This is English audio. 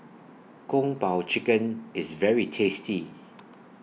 Kung Po Chicken IS very tasty